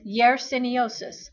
Yersiniosis